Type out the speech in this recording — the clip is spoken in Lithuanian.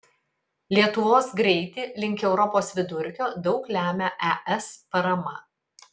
lietuvos greitį link europos vidurkio daug lemia es parama